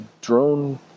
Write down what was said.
drone